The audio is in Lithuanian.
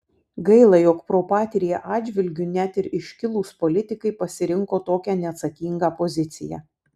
gaila jog pro patria atžvilgiu net ir iškilūs politikai pasirinko tokią neatsakingą poziciją